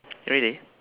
really